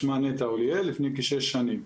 שמה נטע אוליאל, לפני כשש שנים.